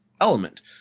element